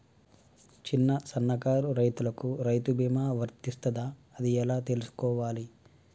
చిన్న సన్నకారు రైతులకు రైతు బీమా వర్తిస్తదా అది ఎలా తెలుసుకోవాలి?